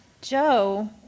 Joe